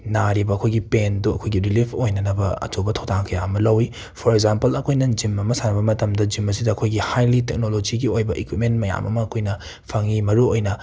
ꯅꯥꯔꯤꯕ ꯑꯩꯈꯣꯏꯒꯤ ꯄꯦꯟꯗꯨ ꯑꯩꯈꯣꯏꯒꯤ ꯔꯤꯂꯤꯐ ꯑꯣꯏꯅꯅꯕ ꯑꯆꯧꯕ ꯊꯧꯗꯥꯡ ꯀꯌꯥ ꯑꯃ ꯂꯧꯋꯤ ꯐꯣꯔ ꯑꯦꯖꯥꯝꯄꯜ ꯑꯩꯈꯣꯏꯅ ꯖꯤꯝ ꯑꯃ ꯁꯥꯟꯅꯕ ꯃꯇꯝꯗ ꯖꯤꯝ ꯑꯁꯤꯗ ꯑꯩꯈꯣꯏꯒꯤ ꯍꯥꯏꯂꯤ ꯇꯦꯛꯅꯣꯂꯣꯖꯤꯒꯤ ꯑꯣꯏꯕ ꯏꯀ꯭ꯋꯤꯞꯃꯦꯟ ꯃꯌꯥꯝ ꯑꯃ ꯑꯩꯈꯣꯏꯅ ꯐꯡꯉꯤ ꯃꯔꯨꯑꯣꯏꯅ